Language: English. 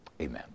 Amen